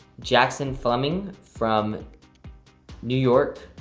jackson fleming from new york.